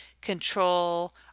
control